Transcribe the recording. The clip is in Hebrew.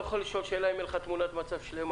אתה לא יכול לשאול שאלה אם אין לך תמונת מצב שלמה.